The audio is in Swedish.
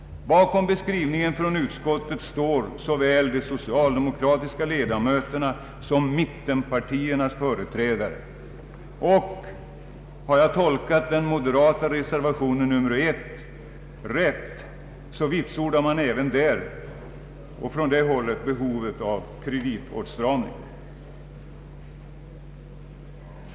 Bakom skrivningen från utskottet står såväl de socialdemokratiska ledamöterna som mittenpartiernas företrädare. Har jag tolkat den moderata reservationen 1 a rätt så vitsordar man även från det hållet behovet av en kreditåtstramning.